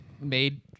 made